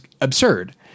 absurd